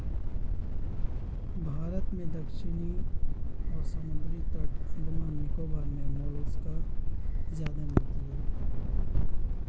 भारत में दक्षिणी समुद्री तट और अंडमान निकोबार मे मोलस्का ज्यादा मिलती है